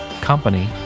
company